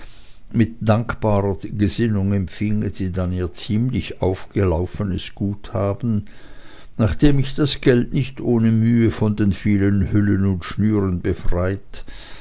mit dankbarer gesinnung empfingen sie dann ihr ziemlich aufgelaufenes guthaben nachdem ich das geld nicht ohne mühe von den vielen hüllen und schnüren befreit